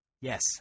Yes